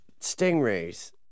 Stingrays